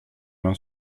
main